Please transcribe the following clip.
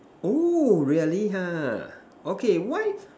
oh really ha okay why